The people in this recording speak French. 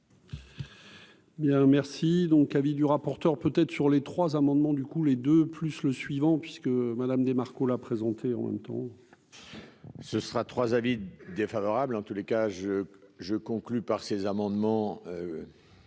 Bien, merci, donc avis du rapporteur peut être sur les trois amendements, du coup, les 2 plus le suivant puisque Madame Marco la présenté en même temps. Ce sera 3 avis défavorable en tous les cas je je conclus par ces amendements